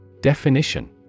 Definition